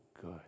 good